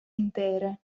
intere